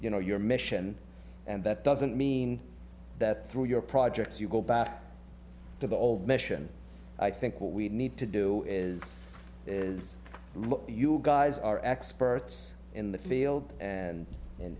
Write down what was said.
you know your mission and that doesn't mean that through your projects you go back to the old mission i think what we need to do is is look you guys are experts in the field and in